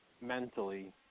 mentally